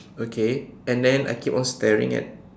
okay and then I keep on staring at